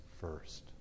first